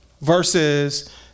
Versus